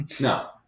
No